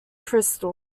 crystal